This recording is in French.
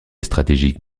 stratégique